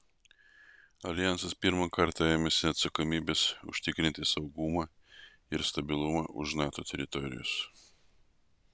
aljansas pirmą kartą ėmėsi atsakomybės užtikrinti saugumą ir stabilumą už nato teritorijos